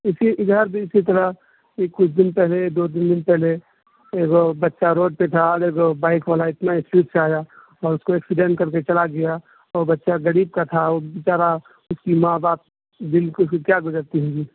اس لیے ادھر بھی اسی طرح کہ کچھ دن پہلے دو تین دن پہلے ایک ٹھو بچہ روڈ پہ تھا اور ایک وہ بائک والا اتنا اسپیڈ سے آیا اور اس کو ایکسیڈینٹ کر کے چلا گیا وہ بچہ غریب کا تھا بچارا اس کی ماں باپ دل پر کیا گزرتی ہوگی